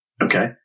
Okay